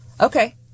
Okay